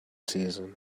season